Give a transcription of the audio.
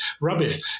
Rubbish